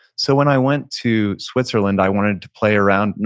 so, when i went to switzerland, i wanted to play around,